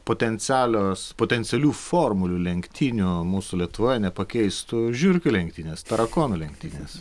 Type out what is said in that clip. potencialios potencialių formulių lenktynių mūsų lietuvoje nepakeistų žiurkių lenktynės tarakonų lenktynės